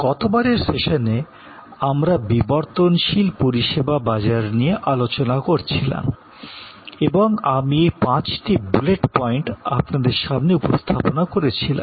গতবারের সেশনে আমরা বিবর্তনশীল পরিষেবা বাজার নিয়ে আলোচনা করছিলাম এবং আমি এই পাঁচটি বুলেট পয়েন্ট আপনাদের সামনে উপস্থাপনা করেছিলাম